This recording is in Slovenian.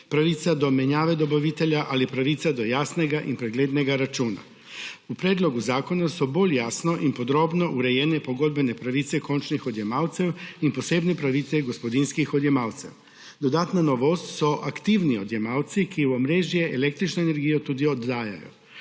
pravica do menjave dobavitelja ali pravica do jasnega in preglednega računa. V predlogu zakona so bolj jasno in podrobno urejene pogodbene pravice končnih odjemalcev in posebne pravice gospodinjskih odjemalcev. Dodatna novost so aktivni odjemalci, ki v omrežje električne energije tudi oddajajo.